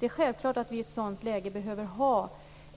I ett sådant läge behövs det